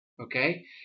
okay